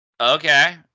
Okay